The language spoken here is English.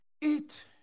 eat